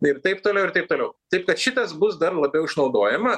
ir taip toliau ir taip toliau taip kad šitas bus dar labiau išnaudojama